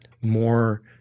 more